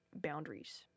boundaries